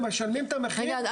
הם משלמים את המחיר --- רגע,